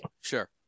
Sure